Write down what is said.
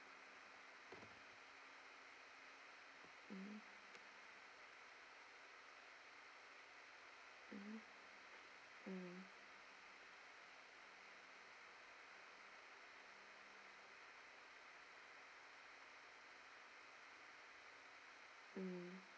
mm mm mm mm